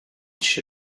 she